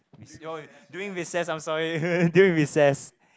oh during recess I'm sorry during recess